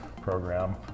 program